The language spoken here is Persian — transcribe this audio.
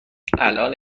الان